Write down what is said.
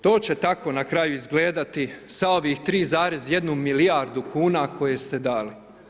To će tako na kraju izgledati sa ovih 3,1 milijardu kuna koje ste dali.